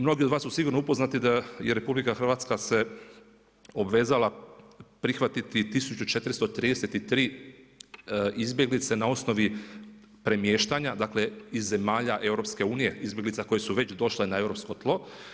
Mnogi od vas su sigurno upoznati da RH, se obvezala prihvatiti 1433 izbjeglica na osnovi premještanja, dakle, iz zemalja EU, izbjeglice koje su već došle na europsko tlo.